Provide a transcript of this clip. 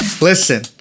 Listen